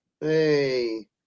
hey